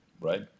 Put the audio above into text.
right